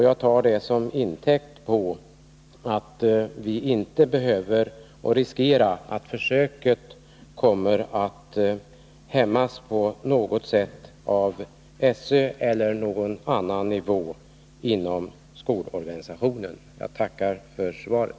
Jag tar detta till intäkt för en förmodan att vi inte behöver riskera att försöket hämmas på något sätt genom åtgärder av SÖ eller på någon annan nivå inom skolorganisationen. Jag tackar åter för svaret.